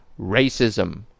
Racism